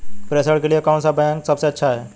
प्रेषण के लिए कौन सा बैंक सबसे अच्छा है?